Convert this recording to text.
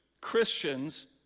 Christians